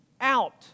out